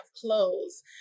clothes